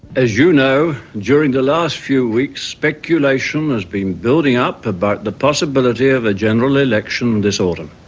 as you know, during the last few weeks speculation has been building up about the possibility of a general election this autumn.